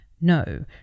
No